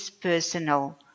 personal